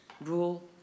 rule